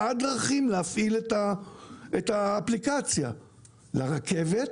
דרכים להפעיל את האפליקציה באוטובוס לרכבת,